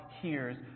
hears